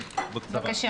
בבקשה.